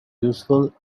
useful